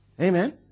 Amen